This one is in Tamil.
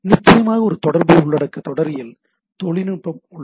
நிச்சயமாக ஒரு தொடர்பு உள்ளடக்க தொடரியல் தொழில்நுட்பம் உள்ளது